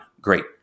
great